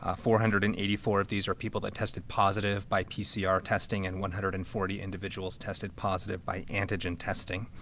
ah four hundred and eighty four of these are people that tested positive by pcr testing and one hundred and forty individuals tested positive by antigen testing.